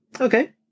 okay